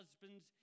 husbands